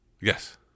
Yes